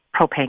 propane